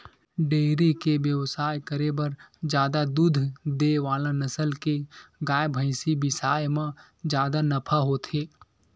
dairy के बेवसाय करे बर जादा दूद दे वाला नसल के गाय, भइसी बिसाए म जादा नफा होथे